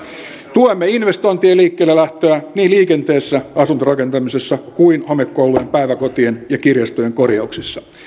tuemme investointien liikkeellelähtöä niin liikenteessä asuntorakentamisessa kuin homekoulujen päiväkotien ja kirjastojen korjauksissa